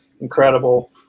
incredible